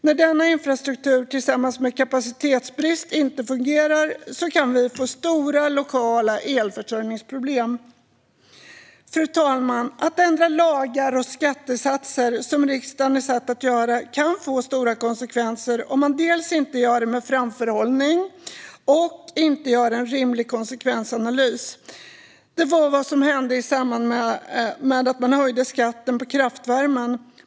När denna infrastruktur inte fungerar och det samtidigt råder kapacitetsbrist kan vi få stora lokala elförsörjningsproblem. Fru talman! Att ändra lagar och skattesatser, som riksdagen är satt att göra, kan få stora konsekvenser om man inte gör det med framförhållning och inte gör en rimlig konsekvensanalys. Det var vad som hände i samband med att man höjde skatten på kraftvärmen.